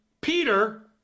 Peter